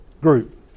group